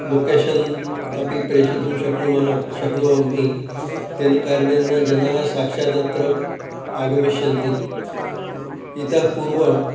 location अपि प्रेषितुं शक्नुमः शक्नोमि तेन कारणेन जनाः साक्षादत्र आगमिष्यन्ति इतः पूर्वम्